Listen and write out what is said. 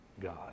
God